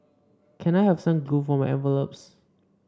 can I have some glue for my envelopes